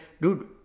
dude